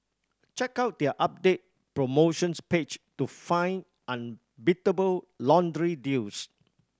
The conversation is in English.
check out their updated promotions page to find unbeatable laundry deals